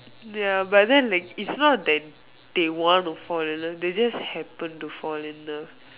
ya but then like is not like they want to fall in love they just happen to fall in love